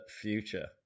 future